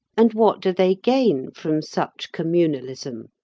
and what do they gain from such communalism?